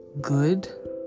good